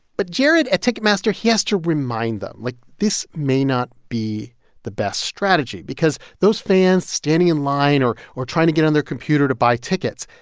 but jared at ticketmaster, he has to remind them. like, this may not be the best strategy because those fans standing in line or or trying to get on their computer to buy tickets,